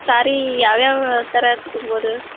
ಸಾರೀ ಯಾವ್ಯಾವ ಥರ ಸಿಗ್ಬೋದು